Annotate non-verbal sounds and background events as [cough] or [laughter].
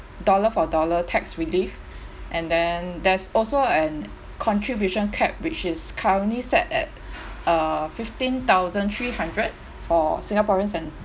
dollar for dollar tax relief [breath] and then there's also an contribution cap which is currently set at [breath] uh fifteen thousand three hundred for singaporeans and